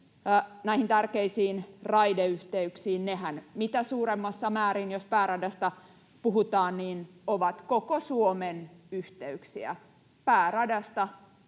näihin tärkeisiin raideyhteyksiin. Nehän mitä suurimmassa määrin, jos pääradasta puhutaan, ovat koko Suomen yhteyksiä. Pääradasta